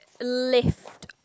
lift